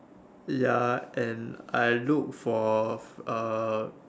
ya and I look for uh